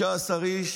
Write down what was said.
15 איש,